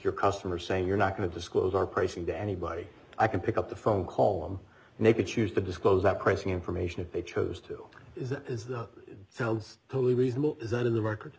your customer saying you're not going to disclose our pricing to anybody i can pick up the phone call them and they can choose to disclose that pricing information if they chose to is that is that sounds totally reasonable is that in the record